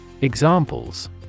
Examples